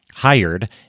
hired